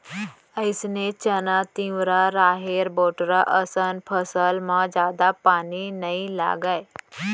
अइसने चना, तिंवरा, राहेर, बटूरा असन फसल म जादा पानी नइ लागय